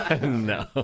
No